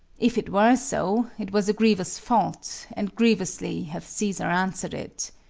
if it were so, it was a grievous fault, and grievously hath caesar answered it.